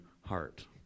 heart